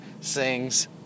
sings